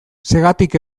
zergatik